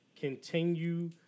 Continue